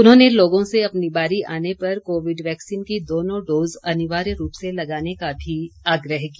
उन्होंने लोगों से अपनी बारी आने पर कोविड वैक्सीन की दोनों डोज़ अनिवार्य रूप से लगाने का भी आग्रह किया